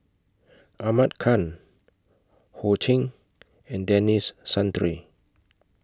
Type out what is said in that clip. Ahmad Khan Ho Ching and Denis Santry